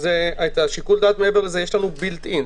את שיקול הדעת מעבר לזה יש לנו בילד-אין.